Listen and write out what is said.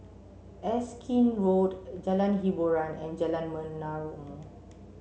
Erskine Road Jalan Hiboran and Jalan Menarong